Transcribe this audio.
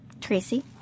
Tracy